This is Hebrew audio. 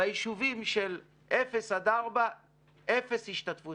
ביישובים של אפס עד ארבעה אפס השתתפות